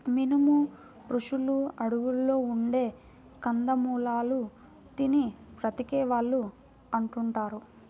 మునులు, రుషులు అడువుల్లో ఉండే కందమూలాలు తిని బతికే వాళ్ళు అంటుంటారు